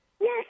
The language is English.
Yes